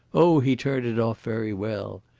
oh, he turned it off very well.